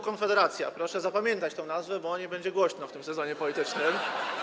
Konfederacja - proszę zapamiętać tę nazwę, bo o niej będzie głośno w tym sezonie politycznym.